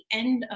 end